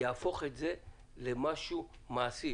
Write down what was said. יהפוך את זה למשהו מעשי,